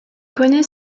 connait